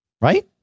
right